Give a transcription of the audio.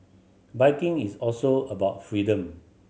biking is also about freedom